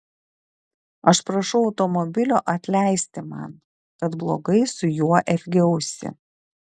aš prašau automobilio atleisti man kad blogai su juo elgiausi